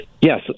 Yes